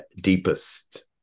deepest